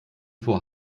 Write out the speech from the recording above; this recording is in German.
vor